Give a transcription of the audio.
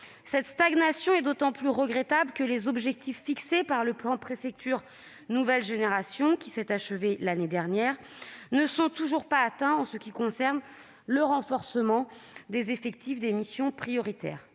Cette stagnation est d'autant plus regrettable que les objectifs fixés par le plan Préfectures nouvelle génération (PPNG), qui s'est achevé l'année dernière, ne sont toujours pas atteints en ce qui concerne le renforcement des effectifs des missions prioritaires